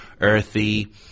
earthy